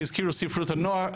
הזכירו ספרות הנוער,